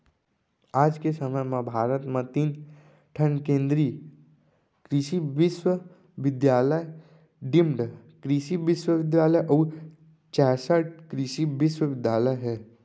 आज के समे म भारत म तीन ठन केन्द्रीय कृसि बिस्वबिद्यालय, चार डीम्ड कृसि बिस्वबिद्यालय अउ चैंसठ कृसि विस्वविद्यालय ह